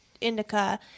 indica